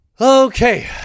Okay